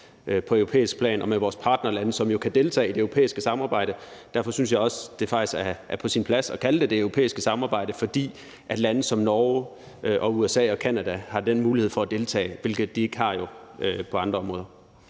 på europæisk plan og med vores partnerlande, som jo kan deltage i det europæiske samarbejde. Derfor synes jeg også, det faktisk er på sin plads at kalde det det europæiske samarbejde, for lande som Norge, USA og Canada har den mulighed for at deltage, hvilket de jo ikke har på andre områder.